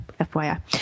FYI